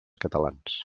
catalans